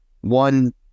one